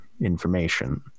information